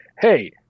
hey